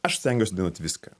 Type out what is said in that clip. aš stengiuosi dainuot viską